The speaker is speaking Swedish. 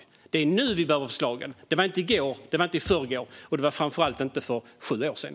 Men det är nu vi behöver förslagen - inte i går, inte i förrgår och framför allt inte för sju år sedan.